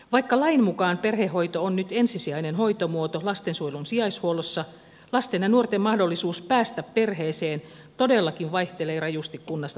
vaikka lain mukaan perhehoito on nyt ensisijainen hoitomuoto lastensuojelun sijaishuollossa lasten ja nuorten mahdollisuus päästä perheeseen todellakin vaihtelee rajusti kunnasta toiseen